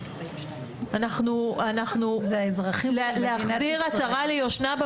אנחנו להחזיר עטרה ליושנה,